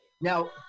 now